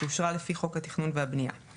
שאושרה לפי חוק התכנון והבנייה;